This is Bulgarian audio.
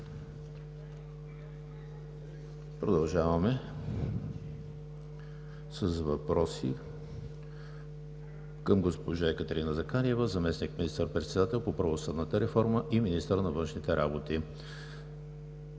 Продължаваме с въпроси към госпожа Екатерина Захариева – заместник министър-председател по правосъдната реформа и министър на външните работи.